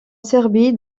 serbie